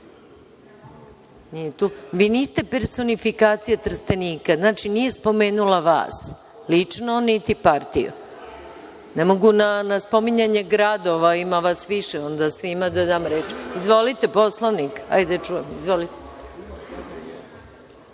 tu. Vi niste personifikacija Trstenika, znači, nije spomenula vas, lično, niti partiju. Ne mogu na spominjanje gradova, ima vas više, onda svima da dam reč. Izvolite Poslovnik. **Miroslav Aleksić**